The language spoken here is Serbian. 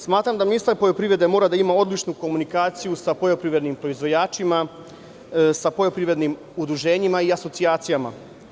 Smatram da ministar poljoprivrede mora da ima odličnu komunikaciju sa poljoprivrednim proizvođačima, sa poljoprivrednim udruženjima i asocijacijama.